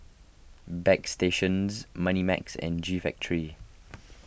Bagstationz Moneymax and G Factory